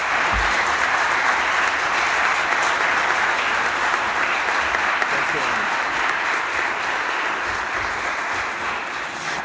Hvala